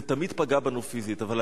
זה פגע בנו פיזית, זה תמיד פגע בנו פיזית.